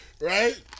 Right